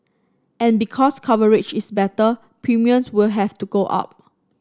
but because coverage is better premiums will have to go up